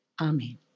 Amen